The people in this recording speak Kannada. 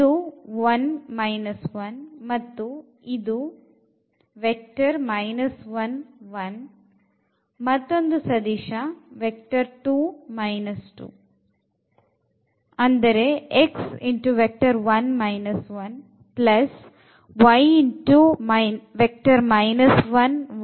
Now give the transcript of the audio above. ಇದು 1 1 ಮತ್ತು ಇದು 1 1 ಮತ್ತೊಂದು ಸದಿಶ 2 2